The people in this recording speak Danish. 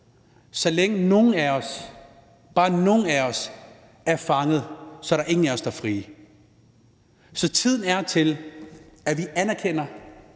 så længe nogle af os, bare nogle af os, er fanget, er der ingen af os, der er frie. Så tiden er til, at vi anerkender,